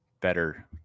better